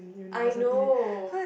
I know